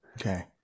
okay